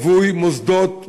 שהוא רווי מוסדות,